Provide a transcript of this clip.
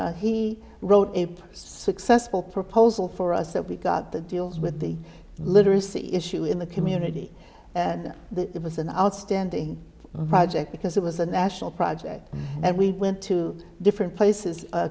that he wrote a successful proposal for us that we got the deals with the literacy issue in the community and it was an outstanding project because it was a national project and we went to different places